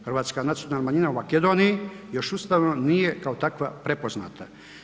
Hrvatska nacionalna manjina u Makedoniji još ustavno nije kao takva prepoznata.